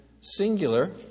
singular